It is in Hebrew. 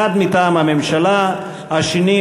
אחד מטעם הממשלה והשני,